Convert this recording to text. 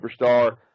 superstar